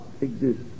exist